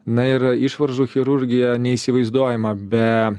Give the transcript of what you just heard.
na ir išvaržų chirurgija neįsivaizduojama be